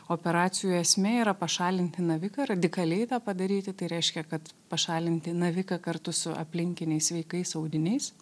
operacijų esmė yra pašalinti naviką radikaliai tą padaryti tai reiškia kad pašalinti naviką kartu su aplinkiniais sveikais audiniais